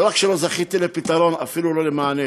לא רק שלא זכיתי לפתרון, אפילו לא למענה.